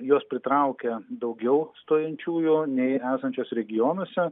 jos pritraukia daugiau stojančiųjų nei esančios regionuose